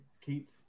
keep